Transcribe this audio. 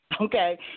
Okay